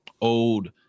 old